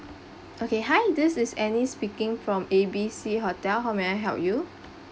okay hi this is annie speaking from A_B_C hotel how may I help you